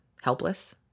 helpless